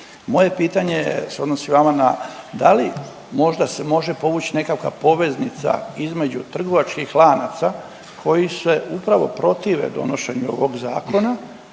Moje pitanje se odnosi vama da li možda se može povući nekakva poveznica između trgovačkih lanaca koji se upravo protive donošenju ovog zakona